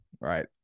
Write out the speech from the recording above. right